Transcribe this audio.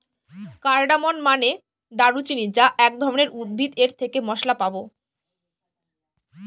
cardamom মানে দারুচিনি যা এক ধরনের উদ্ভিদ এর থেকে মসলা পাবো